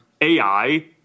AI